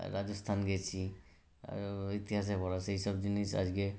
রাজস্থান গেছি ইতিহাসে পড়া সেই সব জিনিস আজকে